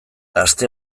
aste